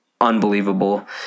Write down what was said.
unbelievable